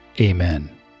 Amen